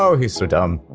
ah he's so dumb.